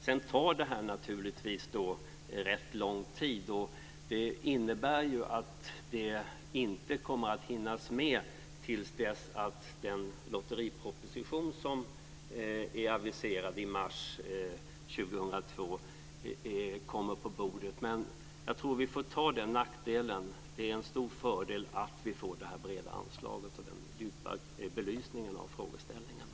Det här kommer naturligtvis att ta rätt lång tid, och det innebär att det inte kommer att finnas med till dess att den lotteriproposition som är aviserad i mars 2002 kommer på bordet. Jag tror dock att vi får ta den nackdelen. Det är en stor fördel att vi får det här breda anslaget och en djupgående belysning av frågeställningarna.